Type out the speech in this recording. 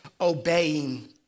obeying